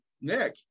Nick